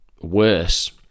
worse